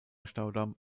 staudamm